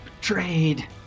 betrayed